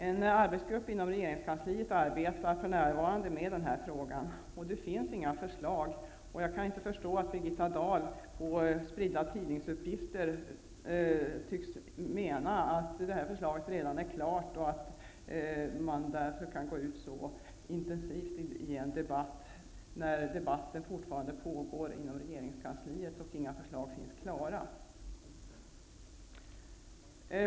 En arbetsgrupp inom regeringskansliet arbetar för närvarande med den frågan. Birgitta Dahl, och även vissa tidningar, tycks mena att förslaget redan är klart. Jag förstår inte att man kan gå ut så intensivt i en debatt när debatten fortfarande pågår inom regeringskansliet och inga förslag finns färdiga.